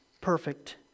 perfect